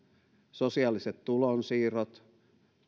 sosiaaliset tulonsiirrot